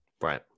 right